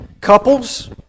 Couples